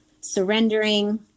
surrendering